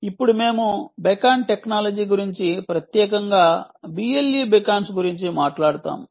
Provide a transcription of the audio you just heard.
ఇప్పుడు మేము beacon technology గురించి ప్రత్యేకంగా BLE బీకాన్స్ గురించి మాట్లాడుతాము